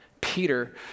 Peter